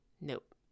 Nope